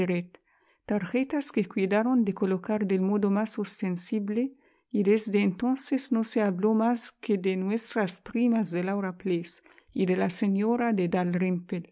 tarjetas que cuidaron de colocar del modo más ostensible y desde entonces no se habló más que de nuestras primas de laura place y de la señora de